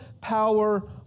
power